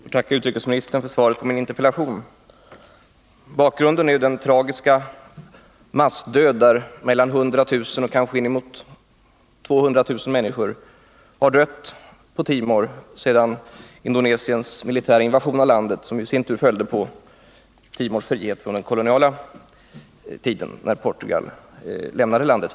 Herr talman! Jag tackar utrikesministern för svaret på min interpellation. Bakgrunden till den är den tragiska massdöd där 100 000, kanske bortemot 200 000, människor har dött på Östra Timor sedan Indonesien militärt invaderade landet efter det att Portugal hade lämnat landet.